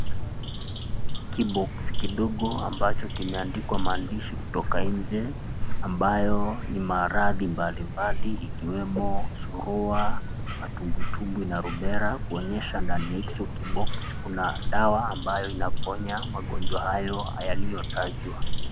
Kiboksi kidogo ambacho kimeandikwa maandishi kutoka nje ambayo ni maradhi mbalimbali ikiwemo surua, matumbwi tumbwi na rubela. Kuonyesha ndani ya hicho kiboksi kuna dawa ambayo inaponya magonjwa hayo yaliyo tajwa.